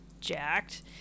jacked